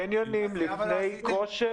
קניונים לפני כושר?